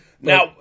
Now